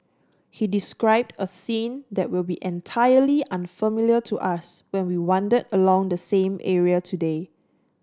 he described a scene that will be entirely unfamiliar to us when we wander along the same area today